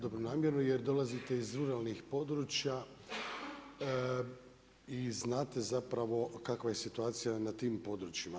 Dobronamjerno jer dolazite iz ruralnih područja i znate zapravo kakva je situacija na tim područjima.